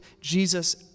Jesus